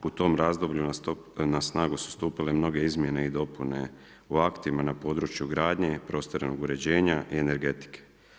U tom razdoblju na snagu su stupile mnoge izmjene i dopune u aktima na području gradnje, prostornog uređenja i energetike.